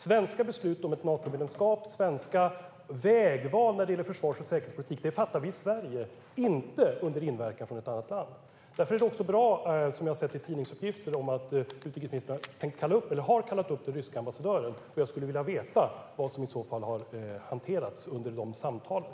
Svenska beslut om ett Natomedlemskap, svenska vägval när det gäller försvars och säkerhetspolitik fattar vi i Sverige, inte under inverkan från ett annat land. Därför är det också bra, som jag har sett tidningsuppgifter om, att utrikesministern har tänkt kalla upp, eller har kallat upp, den ryska ambassadören. Jag skulle vilja veta vad som i så fall har hanterats under de samtalen.